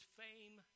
fame